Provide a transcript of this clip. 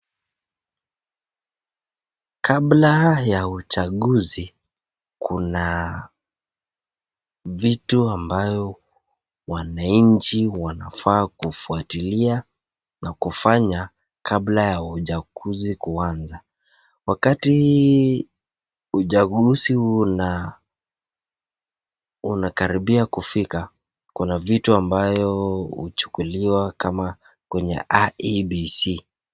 Kabla ya uchaguzi kuna vitu ambayo wananchi wanafaa kufuatilia na kufanya kabla ya uchaguzi kuanza. Wakati uchaguzi unakaribia kufika kuna vitu ambayo huchukuliwa kama kwenye IEBC.